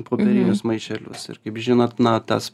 popierinius maišelius ir kaip žinot na tas